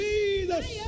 Jesus